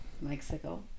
Mexico